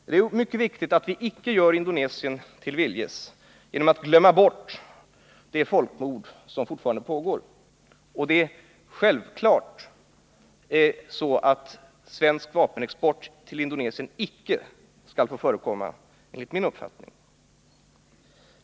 Det är mycket viktigt att vi icke gör Indonesien till viljes genom att glömma bort det folkmord som fortfarande pågår. Det är enligt min mening självfallet så att svensk vapenexport till Indonesien icke skall få förekomma.